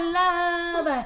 love